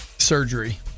surgery